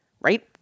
right